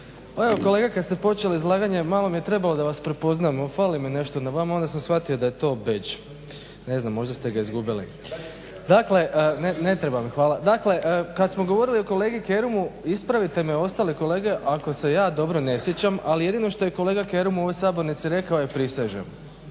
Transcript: kolega kada ste počeli izlaganje malo mi je trebalo da vas prepoznam, ali fali mi nešto na vama onda sam shvatio da je to bedž. Ne znam možda ste ga izgubili. Dakle kada samo govorili o kolegi Kerumu ispravite me ostale kolege ako se ja dobro ne sjećam ali jedino što je kolega Kerum u ovoj sabornici rekao je prisežem.